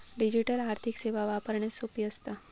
digital आर्थिक सेवा वापरण्यास सोपी असता